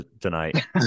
tonight